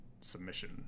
submission